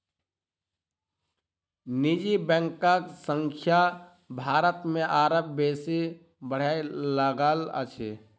निजी बैंकक संख्या भारत मे आब बेसी बढ़य लागल अछि